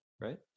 right